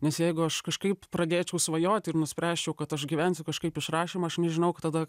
nes jeigu aš kažkaip pradėčiau svajoti ir nuspręsčiau kad aš gyvensiu kažkaip iš rašymo aš nežinau tada